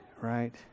right